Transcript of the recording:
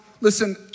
listen